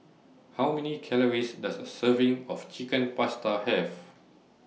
How Many Calories Does A Serving of Chicken Pasta Have